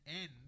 end